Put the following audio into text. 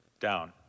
Down